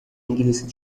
انگلیسی